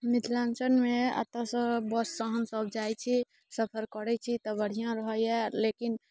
मिथिलाञ्चलमे एतऽसँ बससँ हमसब जाइत छी सफर करैत छी तऽ बढ़िआँ रहैया लेकिन